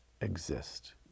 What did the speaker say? exist